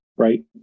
Right